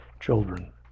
children